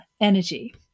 energy